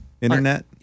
Internet